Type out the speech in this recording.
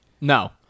No